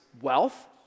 wealth